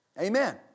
Amen